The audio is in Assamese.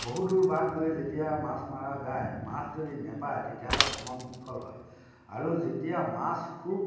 বহুদূৰ বাট গৈ যেতিয়া মাছ মৰা যায় মাছ যদি নেপায় তেতিয়াহ'লে ভ্ৰমণ বিফল হয় আৰু যেতিয়া মাছ খুব